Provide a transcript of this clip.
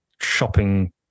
shopping